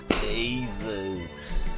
Jesus